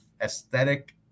aesthetic